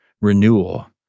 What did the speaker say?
renewal